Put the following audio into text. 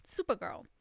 Supergirl